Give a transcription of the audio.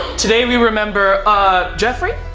today, we remember ah jeffrey.